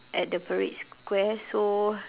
at the parade square so